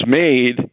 made